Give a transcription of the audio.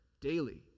daily